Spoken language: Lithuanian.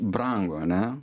brango ane